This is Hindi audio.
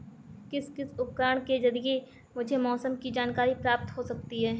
किस किस उपकरण के ज़रिए मुझे मौसम की जानकारी प्राप्त हो सकती है?